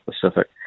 Pacific